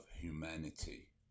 humanity